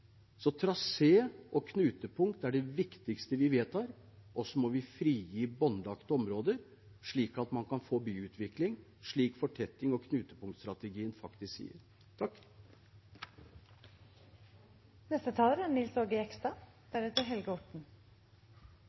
Så trasé og knutepunkt er det viktigste vi vedtar, og så må vi frigi båndlagte områder, slik at man kan få byutvikling, slik fortettings- og knutepunktstrategien faktisk sier.